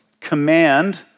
command